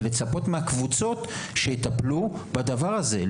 ולצפות מהקבוצות שיטפלו בדבר הזה.